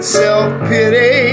self-pity